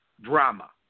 drama